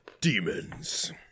Demons